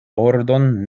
ordon